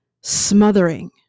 smothering